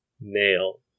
nail